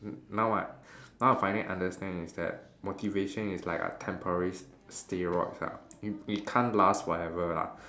n~ now I now I finally understand is that motivation is like a temporary steroid ah it it can't last forever lah